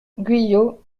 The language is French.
guyot